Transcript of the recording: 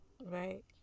right